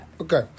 Okay